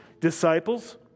disciples